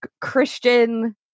Christian